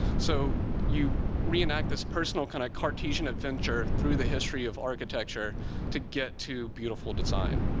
so you reenact this personal, kind of, cartesian adventure through the history of architecture to get to beautiful design.